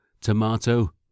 tomato